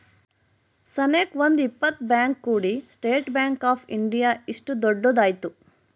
ಸನೇಕ ಒಂದ್ ಇಪ್ಪತ್ ಬ್ಯಾಂಕ್ ಕೂಡಿ ಸ್ಟೇಟ್ ಬ್ಯಾಂಕ್ ಆಫ್ ಇಂಡಿಯಾ ಇಷ್ಟು ದೊಡ್ಡದ ಆಯ್ತು